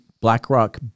BlackRock